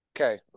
Okay